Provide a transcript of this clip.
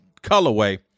colorway